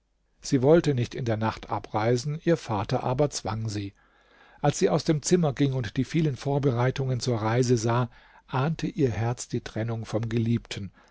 sie wollte nicht in der nacht abreisen ihr vater aber zwang sie als sie aus dem zimmer ging und die vielen vorbereitungen zur reise sah ahnte ihr herz die trennung vom geliebten